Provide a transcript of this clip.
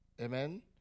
Amen